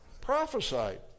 Prophesied